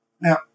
Now